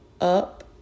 up